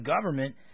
government